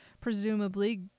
presumably